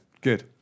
good